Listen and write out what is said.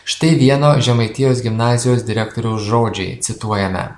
štai vieno žemaitijos gimnazijos direktoriaus žodžiai cituojame